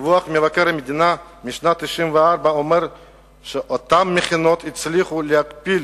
דוח מבקר המדינה משנת 1994 אומר שאותן מכינות הצליחו להכפיל